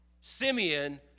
Simeon